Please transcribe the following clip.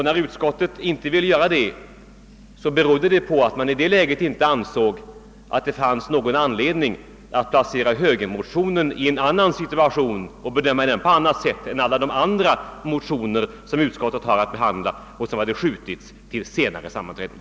När utskottet inte ville göra det, berodde det på att man i det läget inte ansåg att det fanns någon anledning att bedöma frågan om högermotionens handläggning på annat sätt än då det gäller alla de andra motioner som utskottet har att behandla och som hade uppskjutits till senare sammanträden.